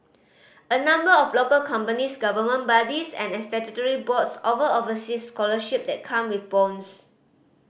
a number of local companies government bodies and statutory boards offer overseas scholarship that come with bonds